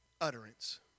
utterance